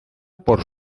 por